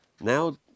now